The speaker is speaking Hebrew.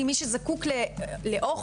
ממי שזקוק לאוכל,